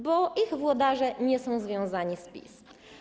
Bo ich włodarze nie są związani z PiS.